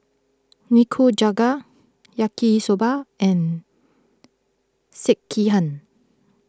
Nikujaga Yaki Soba and Sekihan